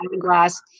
glass